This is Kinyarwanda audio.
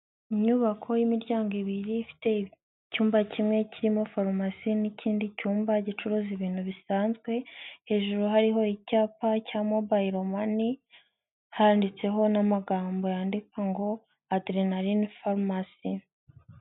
Inyubako y'imiryango ibiri ifite icyumba kimwe kirimo farumasi n'ikindi cyumba gicuruza ibintu bisanzwe, hejuru hariho icyapa cya Mobile Money, handitseho n'amagambo yandika ngo Aderenarini farumasi.